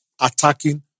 attacking